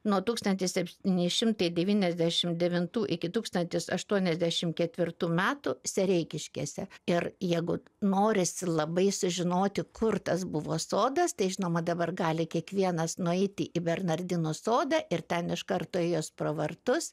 nuo tūkstantis septyni šimtai devyniasdešimt devintų iki tūkstantis aštuoniasdešim ketvirtų metų sereikiškėse ir jeigu norisi labai sužinoti kur tas buvo sodas tai žinoma dabar gali kiekvienas nueiti į bernardinų sodą ir ten iš karto įėjus pro vartus